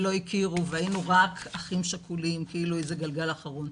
ולא הכירו והיינו רק אחים שכולים כאילו איזה גלגל אחרון,